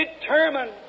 determined